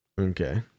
Okay